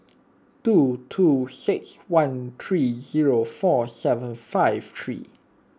two two six one three zero four seven five three